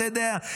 אתה יודע.